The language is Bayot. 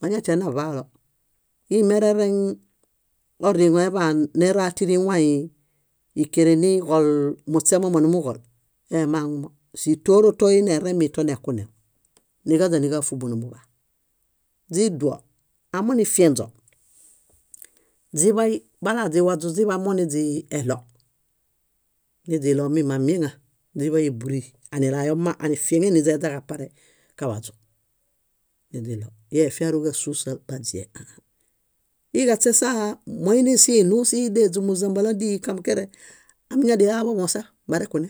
Mañatian navaolo. Íi merereŋ oriŋo eḃaan nera tíri wãi íkeren niġol, muśemomo nimuġol, emaŋumo. Sítoro toineremi tonekunewõ, niġaaźa níġafubu nimuḃaa. Źiduo aminifienźo, źiḃa bala źiwaźu, źiḃay moniźii eɭo. Niźiɭo mimamieŋa, źiḃa éburuy anilayo mma, anifieŋe niźeźaġapare kawaźu, niźiɭo. Íi efiaru ġásusal baźiel, ã ãa. Íi kaśesa, muini sinuu síhi déźumbuzambala díi kambukere, amiñadianilaaḃomosa barekune.